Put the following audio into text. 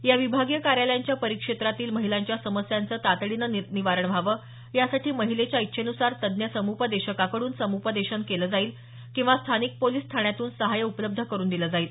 या विभागीय कार्यालयांच्या परिक्षेत्रातील महिलांच्या समस्यांचं तातडीनं निवारण व्हावं यासाठी महिलेच्या इच्छेन्सार तज्ज्ञ सम्पदेशकाकडून सम्पदेशन केलं जाईल किंवा स्थानिक पोलीस ठाण्यातून सहाय्य उपलब्ध करून दिलं जाईल